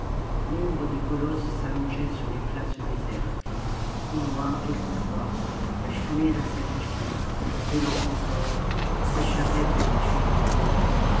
l'ombre des colosses s'allongeait sur les places désertes au lom quelquefois la fumée d'un sacrifice brûlant salammbô encore s'échappait par les tuiles de bronze